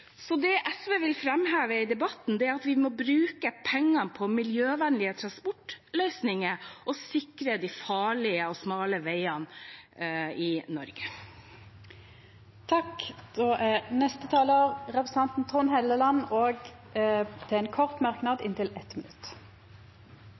Det SV vil framheve i debatten, er at vi må bruke pengene på miljøvennlige transportløsninger og sikre de farlige og smale veiene i Norge. Representanten Trond Helleland har hatt ordet to gonger tidlegare og får ordet til ein kort merknad,